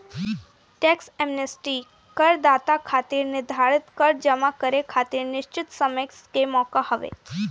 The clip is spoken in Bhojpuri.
टैक्स एमनेस्टी करदाता खातिर निर्धारित कर जमा करे खातिर निश्चित समय के मौका हवे